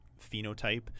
phenotype